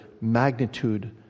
magnitude